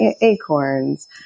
acorns